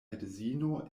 edzino